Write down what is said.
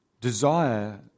desire